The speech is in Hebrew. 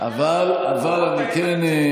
זה נראה לכם נורמלי?